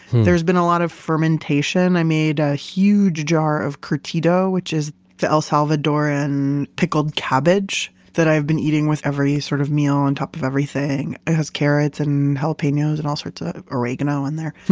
there's been a lot of fermentation. i made a huge jar of curtido, which is the el salvadoran pickled cabbage that i've been eating with every sort of meal, on top of everything. it has carrots and jalapenos and all sorts of oregano in there.